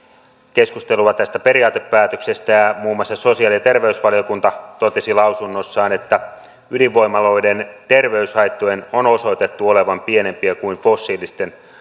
keskustelua tästä periaatepäätöksestä ja ja muun muassa sosiaali ja terveysvaliokunta totesi lausunnossaan että ydinvoimaloiden terveyshaittojen on osoitettu olevan pienempiä kuin ovat fossiilisten